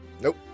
Nope